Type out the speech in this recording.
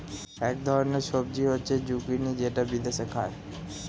এক ধরনের সবজি হচ্ছে জুকিনি যেটা বিদেশে খায়